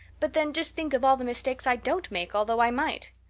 but then just think of all the mistakes i don't make, although i might.